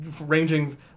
ranging